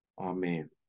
amen